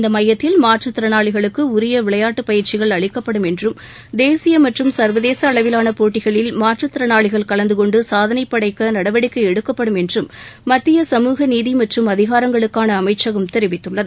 இந்த மையத்தில் மாற்றுத் திறனாளிகளுக்கு உரிப விளையாட்டு பயிற்சிகள் அளிக்கப்படும் என்றும் தேசிய மற்றும் சர்வதேச அளவிலான போட்டிகளில் மாற்றுத்திறனாளிகள் கலந்தகொண்டு சாதனை படைக்க நடவடிக்கை எடுக்கப்படும் என்றும் மத்திய சமூக நீதி மற்றும் அதிகாரங்களுக்கான அமைச்சகம் தெரிவித்துள்ளது